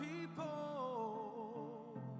people